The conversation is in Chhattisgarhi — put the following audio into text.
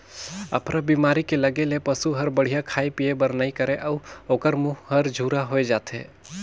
अफरा बेमारी के लगे ले पसू हर बड़िहा खाए पिए बर नइ करे अउ ओखर मूंह हर झूरा होय जाथे